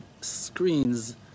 screens